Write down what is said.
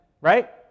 Right